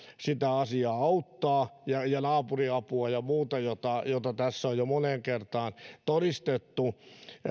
sitä asiaa auttaa ja ja naapuriapua ja muuta mitä tässä on jo moneen kertaan todistettu